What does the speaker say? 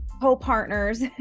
co-partners